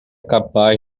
capaz